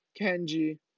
Kenji